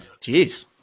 Jeez